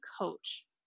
coach